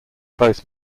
both